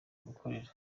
gukorera